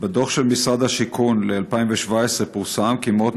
בדוח של משרד השיכון ל-2017 פורסם כי מאות